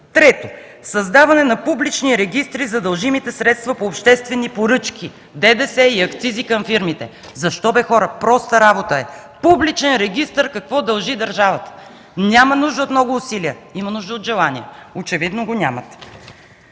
(чете): „Създаване на публични регистри за дължимите средства по обществени поръчки, ДДС и акцизи към фирмите”. Защо бе, хора? Проста работа е – публичен регистър какво дължи държавата. Няма нужда от много усилия, има нужда от желание. Очевидно го нямате.